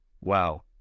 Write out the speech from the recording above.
wow